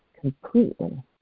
completely